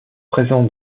présentes